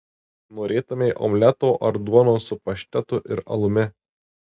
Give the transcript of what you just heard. norėtumei omleto ar duonos su paštetu ir alumi